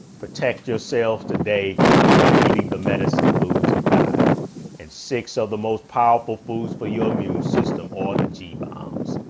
protect yourself today by eating the medicine, foods of god and six of the most powerful foods for your immune system or the g bombs,